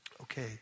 Okay